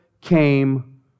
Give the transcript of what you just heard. came